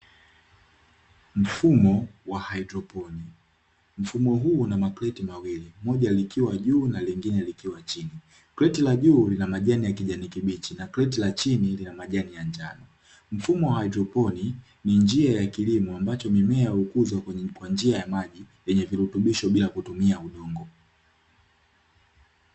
Mfumo wa haidroponi. Mfumo huu una kreti mbili, moja likiwa juu na jingine likiwa chini. Kreti la juu lina majani ya kijani kibichi na kreti la chini lina majani ya njano. Mfumo wa haidroponi ni njia ya kilimo ambacho mimea hukuzwa kwa njia ya maji yenye virutubisho, bila kutumia udongo.